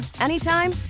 anytime